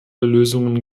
lösungen